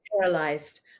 paralyzed